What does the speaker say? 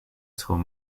school